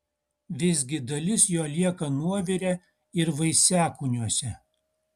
visgi dalis jo lieka nuovire ir vaisiakūniuose